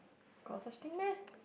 got such thing meh